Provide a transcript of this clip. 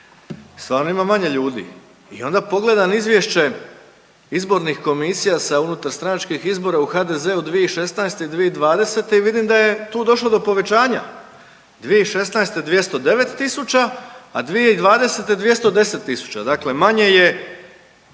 stvarno ima manje ljudi i onda pogledam izvješće izbornih komisija sa unutarstranačkih izbora u HDZ-u 2016. i 2020. i vidim da je tu došlo do povećanja. 2016. 209 tisuća, a 2020. 210 tisuća, dakle manje je